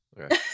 okay